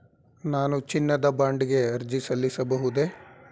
ನಾನು ಚಿನ್ನದ ಬಾಂಡ್ ಗೆ ಅರ್ಜಿ ಸಲ್ಲಿಸಬಹುದೇ?